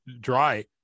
dry